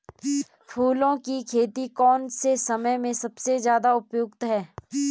फूलों की खेती कौन से समय में सबसे ज़्यादा उपयुक्त है?